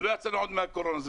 ולא יצאנו עדיין מהקורונה.